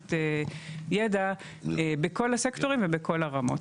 מבוססת ידע, בכל הסקטורים ובכל הרמות.